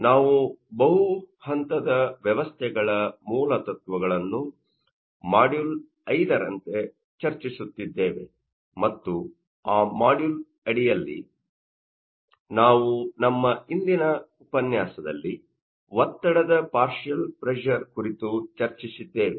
ನಾವು ಬಹು ಹಂತದ ವ್ಯವಸ್ಥೆಗಳ ಮೂಲ ತತ್ವಗಳನ್ನು ಮಾಡ್ಯೂಲ್ 5 ರಂತೆ ಚರ್ಚಿಸುತ್ತಿದ್ದೇವೆ ಮತ್ತು ಆ ಮಾಡ್ಯೂಲ್ ಅಡಿಯಲ್ಲಿ ನಾವು ನಮ್ಮ ಹಿಂದಿನ ಉಪನ್ಯಾಸದಲ್ಲಿ ಒತ್ತಡದ ಪಾರ್ಷಿಯಲ್ ಪ್ರೆಶರ್Partial pressure ಕುರಿತು ಚರ್ಚಿಸಿದ್ದೇವೆ